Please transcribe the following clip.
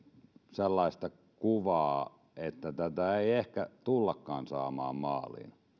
sellaista kuvaa että tätä ei ehkä tullakaan saamaan maaliin